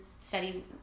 study